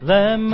Let